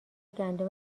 گندم